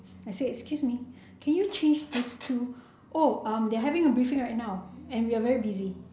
I said excuse me can you change these two oh they are having a briefing right now and we are very busy